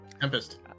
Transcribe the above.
Tempest